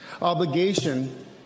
obligation